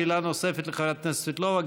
שאלה נוספת לחברת הכנסת סבטלובה.